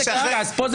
אצלך אולי.